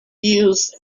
used